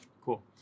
cool